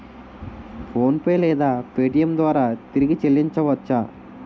PhonePe లేదా Paytm ద్వారా తిరిగి చల్లించవచ్చ?